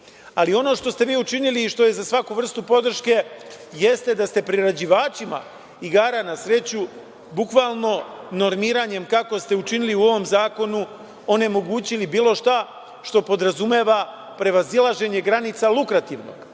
ali ono što ste vi učinili i što je za svaku vrstu podrške jeste da ste priređivačima igara na sreću, bukvalno normiranjem, kako ste učinili u ovom zakonu, onemogućili bilo šta što podrazumeva prevazilaženje granica lukrativnog,